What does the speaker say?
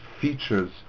features